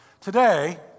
Today